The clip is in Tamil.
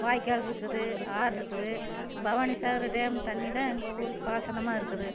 வாய்க்கால் இருக்குது ஆறு இருக்குது பவானி சாகர் டேம் தண்ணி தான் எங்கள் ஊருக்கு பாசனமாக இருக்குது